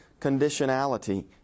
conditionality